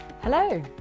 Hello